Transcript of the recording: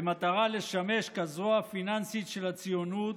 במטרה לשמש הזרוע הפיננסית של הציונות,